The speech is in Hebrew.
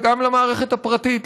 וגם למערכת הפרטית,